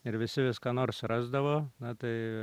ir visi vis ką nors rasdavo na tai